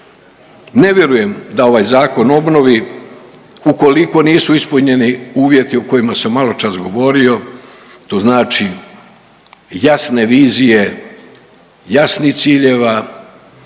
Ne vjerujem da ovaj Zakon o obnovi ukoliko nisu ispunjeni uvjeti o kojima sam malo čas ogovorio, to znači jasne vizije, jasnih ciljeva,